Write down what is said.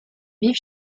vivent